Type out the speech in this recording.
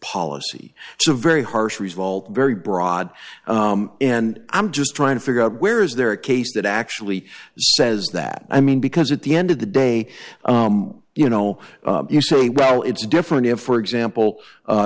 policy it's a very harsh result very broad and i'm just trying to figure out where is there a case that actually says that i mean because at the end of the day you know you say well it's different if for example